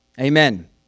Amen